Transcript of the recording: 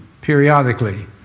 periodically